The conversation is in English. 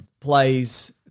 plays